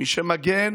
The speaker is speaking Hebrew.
מי שמגן